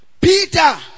Peter